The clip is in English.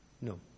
No